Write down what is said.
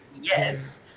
Yes